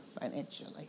financially